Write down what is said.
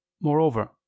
Moreover